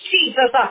Jesus